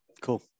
cool